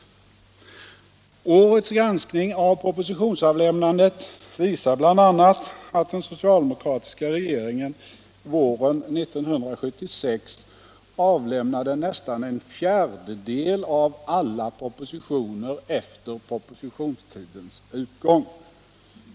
Årets granskning av propositionsavlämnandet visar bl.a. att den socialdemokratiska regeringen våren 1976 avlämnade nästan en fjärdedel av alla propositioner efter propositionstidens utgång.